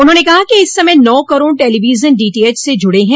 उन्होंने कहा कि इस समय नौ करोड़ टेलीविजन डीटीएच से जूड़े हैं